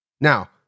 Now